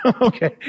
Okay